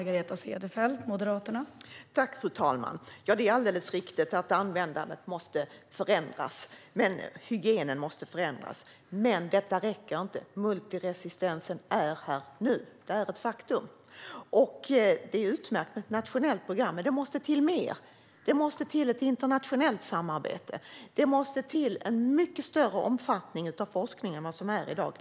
Fru talman! Det är alldeles riktigt att användandet måste förändras. Hygienen måste förändras. Men detta räcker inte. Multiresistensen är här nu. Det är ett faktum. Det är utmärkt med ett nationellt program, men det måste till mer. Det måste till ett internationellt samarbete. Det måste till en mycket större omfattning av den forskning som bedrivs i dag.